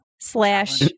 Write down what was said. slash